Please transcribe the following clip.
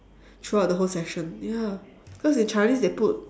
throughout the whole session ya cause in chinese they put